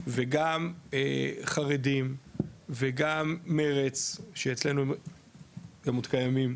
וגם חרדים וגם מרצ שאצלנו הם עוד קיימים